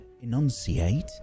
enunciate